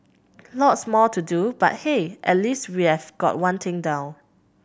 lots more to do but hey at least we've got one thing down